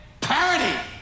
parody